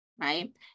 right